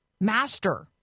Master